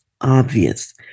obvious